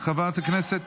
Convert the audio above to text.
נוכח ומוותר.